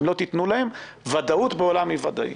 אם לא תיתנו להם ודאות בעולם אי ודאי.